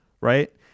right